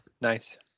nice